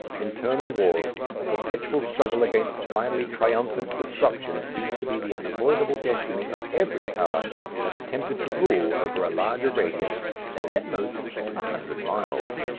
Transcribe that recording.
internal wars, a perpetual struggle against finally triumphant disruption seemed to be the unavoidable destiny of every power that attempted to rule over a larger radius than at most a hundred miles.